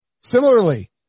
similarly